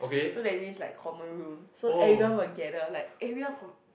so that there's this like common room so everyone will gather like area from